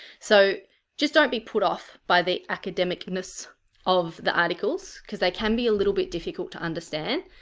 so just don't be put off by the academic-ness of the articles because they can be a little bit difficult to understand,